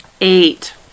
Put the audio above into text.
Eight